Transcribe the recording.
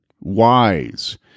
wise